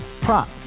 prop